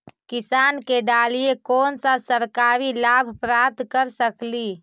किसान के डालीय कोन सा सरकरी लाभ प्राप्त कर सकली?